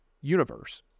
universe